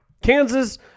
Kansas